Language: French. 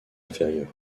inférieur